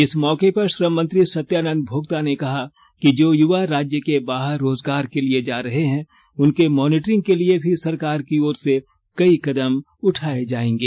इस मौके पर श्रम मंत्री सत्यानंद भोक्ता ने कहा कि जो युवा राज्य के बाहर रोजगार के लिए जा रहे हैं उनके मॉनिटरिंग के लिए भी सरकार की ओर से कई कदम उठाए जाएंगे